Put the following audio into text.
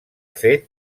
fet